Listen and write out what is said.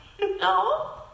No